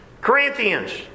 Corinthians